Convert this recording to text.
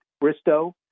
Bristow